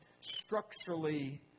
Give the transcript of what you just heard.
structurally